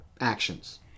actions